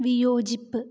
വിയോജിപ്പ്